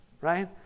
right